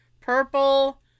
purple